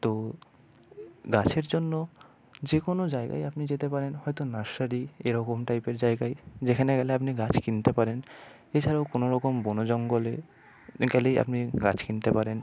তো গাছের জন্য যে কোনো জায়গায় আপনি যেতে পারেন হয়তো নার্সারি এরকম টাইপের জায়গায় যেখানে গেলে আপনি গাছ কিনতে পারেন এছাড়াও কোনো রকম বন জঙ্গলে গেলেই আপনি গাছ কিনতে পারেন